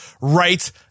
right